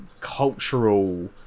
cultural